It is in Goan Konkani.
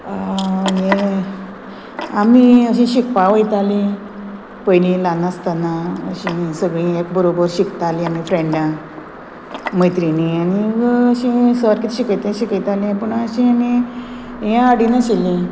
आमी अशीं शिकपाक वयतालीं पयलीं ल्हान आसतना अशीं सगळीं एक बरोबर शिकतालीं आमी फ्रेंडां मैत्रिणी आनी अशीं सर किदें शिकयतां शिकयतालें पूण अशें आमी हें हाडिनाशिल्लीं